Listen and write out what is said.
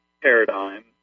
paradigm